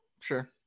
sure